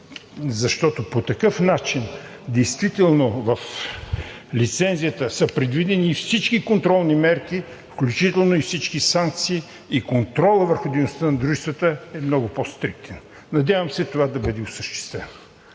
Защото по такъв начин действително в лицензията са предвидени всички контролни мерки, включително и всички санкции, и контролът върху дейността на дружествата е много по-стриктен. Надявам се това да бъде осъществено,